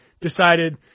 decided